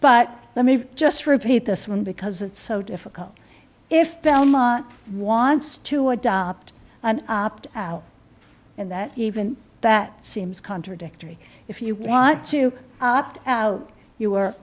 but let me just repeat this one because it's so difficult if belmont wants to adopt an opt out and that even that seems contradictory if you want to opt out you